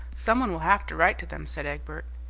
some one will have to write to them, said egbert.